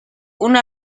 una